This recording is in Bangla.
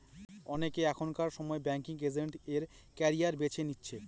অনেকে এখনকার সময় ব্যাঙ্কিং এজেন্ট এর ক্যারিয়ার বেছে নিচ্ছে